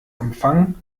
empfang